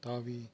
தாவி